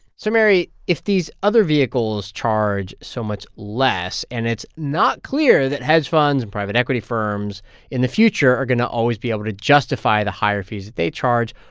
so mary, if these other vehicles charge so much less and it's not clear that hedge funds and private equity firms in the future are going to always be able to justify the higher fees that they charge,